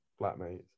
flatmates